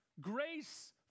Grace